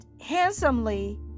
handsomely